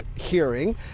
hearing